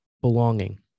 belonging